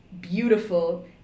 beautiful